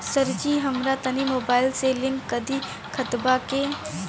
सरजी हमरा तनी मोबाइल से लिंक कदी खतबा के